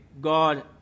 God